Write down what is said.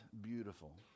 beautiful